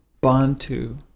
Bantu